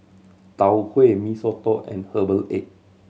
Tau Huay Mee Soto and herbal egg